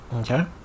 Okay